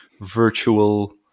virtual